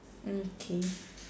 mm K